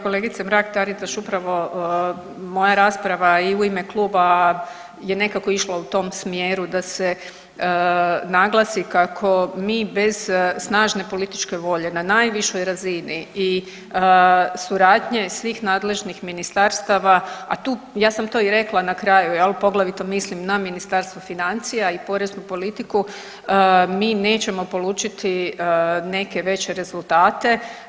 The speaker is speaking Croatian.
Kolegice Mrak Taritaš upravo moja rasprava i u ime kluba je nekako išla u tom smjeru da se naglasi kako mi bez snažne političke volje na najvišoj razini i suradnje svih nadležnih ministarstava, a tu, ja sam to i rekla na kraju jel poglavito mislim na Ministarstvo financija i poreznu politiku, mi nećemo polučiti neke veće rezultate.